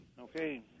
Okay